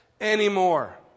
anymore